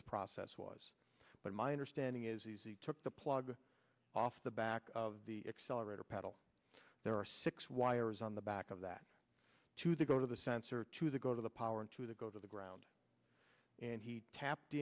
his process was but my understanding is easy took the plug off the back of the accelerator pedal there are six wires on the back of that to the go to the sensor to the go to the power into the go to the ground and he tapped